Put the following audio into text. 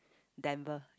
Denver